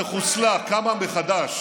שחוסלה, קמה מחדש,